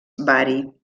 bari